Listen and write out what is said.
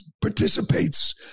participates